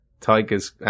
tigers